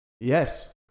Yes